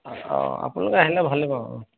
অঁ আপোনালোকে আহিলে ভালে পাব অঁ